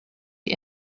die